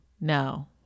No